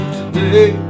today